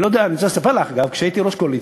אני רוצה לספר לך, אגב, כשהייתי ראש הקואליציה,